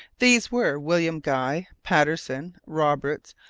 these were william guy, patterson, roberts,